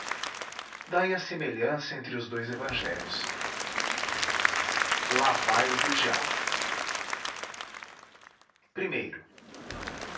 daí a semelhança entre os dois evangelhos lá vai o do diabo